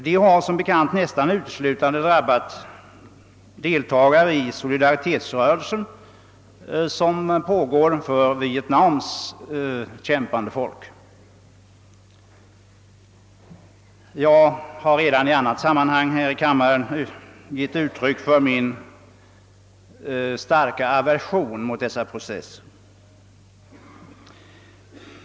De har som bekant nästan uteslutande drabbat deltagare i solidaritetsrörelsen för Vietnams kämpande folk. Jag har redan i annat sammanhang här i kammaren givit uttryck för min starka aversion mot dessa processer.